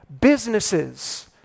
businesses